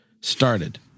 started